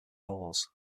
hawes